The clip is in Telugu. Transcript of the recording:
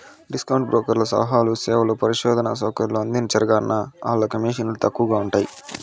డిస్కౌంటు బ్రోకర్లు సలహాలు, సేవలు, పరిశోధనా సౌకర్యాలు అందించరుగాన, ఆల్ల కమీసన్లు తక్కవగా ఉంటయ్యి